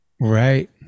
Right